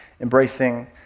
embracing